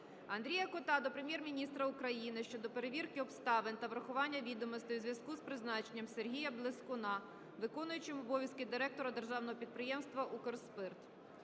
Андрія Кота до Прем'єр-міністра України щодо перевірки обставин та врахування відомостей у зв'язку з призначенням Сергія Блескуна виконуючим обов'язки директора Державного підприємства "Укрспирт".